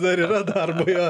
dar yra darbo jo